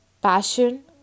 Passion